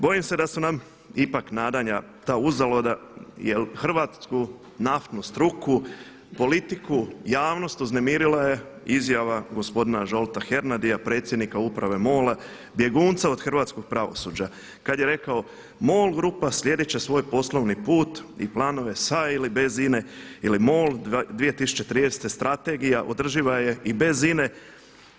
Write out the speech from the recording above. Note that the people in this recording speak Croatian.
Bojim se da su nam ipak nadanja ta uzaludna jer hrvatsku naftnu struku, politiku i javnost uznemirila je izjava gospodina Zsolta Hernadya predsjednika Uprave MOL-a bjegunca od hrvatskog pravosuđa kad je rekao MOL grupa slijedit će svoj poslovni put i planove sa ili bez INA-e jer je MOL 2030. strategija održiva je i bez INA-e.